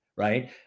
right